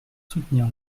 soutenir